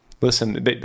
Listen